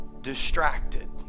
distracted